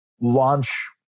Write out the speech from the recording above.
launch